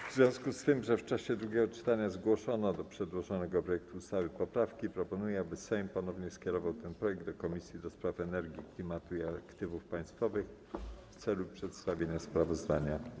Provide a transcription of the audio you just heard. W związku z tym, że w czasie drugiego czytania zgłoszono do przedłożonego projektu ustawy poprawki, proponuję, aby Sejm ponownie skierował ten projekt do Komisji do Spraw Energii, Klimatu i Aktywów Państwowych w celu przedstawienia sprawozdania.